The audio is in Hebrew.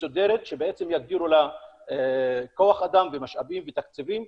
מסודרת שבעצם יגדירו לה כוח אדם ומשאבים ותקציבים.